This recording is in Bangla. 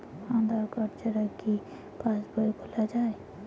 আধার কার্ড ছাড়া কি পাসবই খোলা যায়?